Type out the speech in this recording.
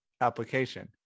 application